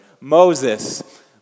Moses